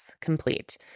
complete